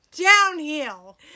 downhill